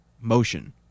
motion